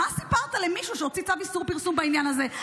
מה סיפרת למישהו שהוציא צו איסור פרסום בעניין הזה?